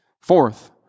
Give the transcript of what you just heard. Fourth